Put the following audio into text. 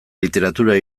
literatura